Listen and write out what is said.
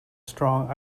strong